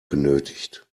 benötigt